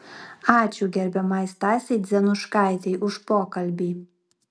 ačiū gerbiamai stasei dzenuškaitei už pokalbį